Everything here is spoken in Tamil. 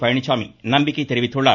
பழனிச்சாமி நம்பிக்கை தெரிவித்துள்ளார்